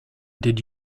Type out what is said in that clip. did